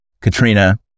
Katrina